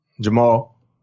Jamal